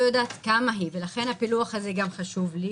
יודעת כמה היא ולכן הפילוח הזה חשוב לי